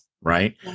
right